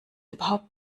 überhaupt